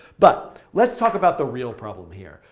but, let's talk about the real problem here.